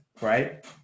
right